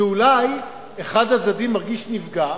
כי אולי אחד הצדדים מרגיש נפגע,